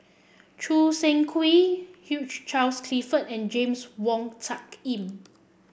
Choo Seng Quee Hugh Charles Clifford and James Wong Tuck Yim